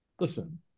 Listen